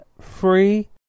free